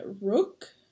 Rook